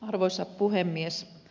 arvoisa puhemies